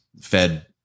Fed